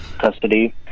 custody